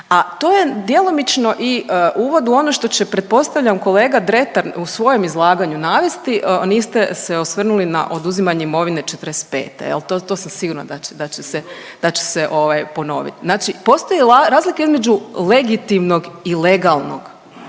a to je djelomično i uvod u ono što će pretpostavljam kolega Dretar u svojem izlaganju navesti, niste se osvrnuli na oduzimanje imovine '45. To sam sigurna da će se ponoviti. Znači postoji razlika između legitimnog i legalnog,